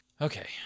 Okay